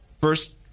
first